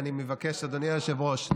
אדוני היושב-ראש,